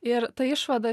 ir ta išvada